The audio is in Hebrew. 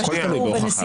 זה הכול תלוי בהוכחה.